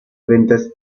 ventas